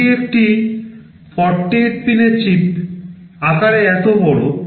এটি একটি 48 পিনের চিপ আকারে এত বড়